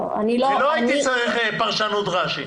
לא הייתי צריך פרשנות רש"י.